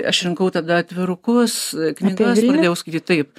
aš rinkau tada atvirukus knygas pradėjau skaityt taip